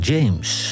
James